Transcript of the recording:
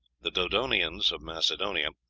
the dodoneans of macedonia,